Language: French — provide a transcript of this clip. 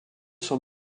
sont